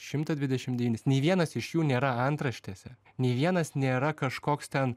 šimtą dvidešim devynis nei vienas iš jų nėra antraštėse nei vienas nėra kažkoks ten